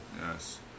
Yes